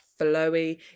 flowy